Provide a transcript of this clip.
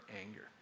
Anger